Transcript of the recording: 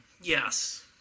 Yes